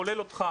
כולל אותך